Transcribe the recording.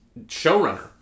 showrunner